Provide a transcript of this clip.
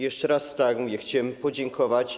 Jeszcze raz, tak jak mówię, chciałbym podziękować.